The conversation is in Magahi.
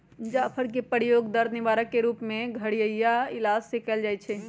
जाफर कें के प्रयोग दर्द निवारक के रूप में घरइया इलाज में कएल जाइ छइ